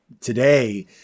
today